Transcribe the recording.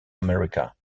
america